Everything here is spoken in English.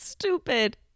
stupid